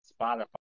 Spotify